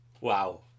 Wow